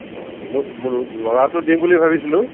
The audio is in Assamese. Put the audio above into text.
অঁ মোৰ ল'ৰাটো দিম বুলি ভাবিছিলোঁ